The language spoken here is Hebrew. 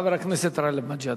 לחבר הכנסת גאלב מג'אדלה.